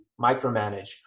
micromanage